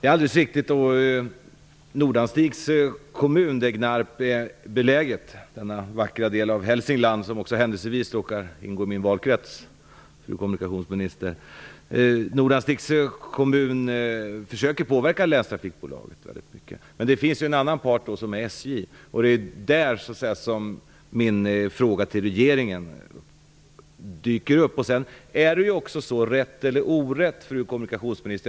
Fru talman! Nordanstigs kommun, där Gnarp är beläget, denna vackra del av Hälsingland som händelsevis också råkar ingå i min valkrets, försöker i väldigt hög grad påverka länstrafikbolaget. Men en annan part i sammanhanget är SJ, och det är där min fråga till regeringen kommer in. Rätt eller orätt, fru kommunikationsminister?